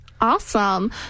awesome